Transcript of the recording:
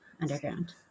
Underground